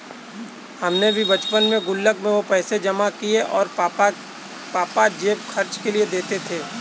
हमने भी बचपन में गुल्लक में वो पैसे जमा किये हैं जो पापा जेब खर्च के लिए देते थे